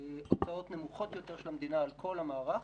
הוצאות נמוכות של המדינה על כל המערך.